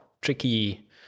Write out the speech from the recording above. tricky